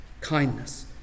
kindness